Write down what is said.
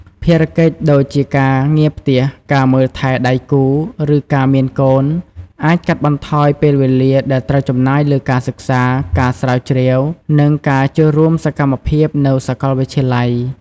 ភារកិច្ចដូចជាការងារផ្ទះ ការមើលថែដៃគូ ឬការមានកូន អាចកាត់បន្ថយពេលវេលាដែលត្រូវចំណាយលើការសិក្សា ការស្រាវជ្រាវ និងការចូលរួមសកម្មភាពនៅសកលវិទ្យាល័យ។